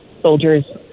soldiers